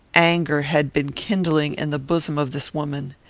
anger had been kindling in the bosom of this woman.